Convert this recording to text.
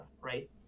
right